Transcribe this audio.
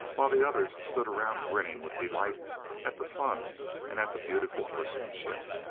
while the others stood around grinning with delight at the fun and at the beautiful horsemanship.